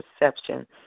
perception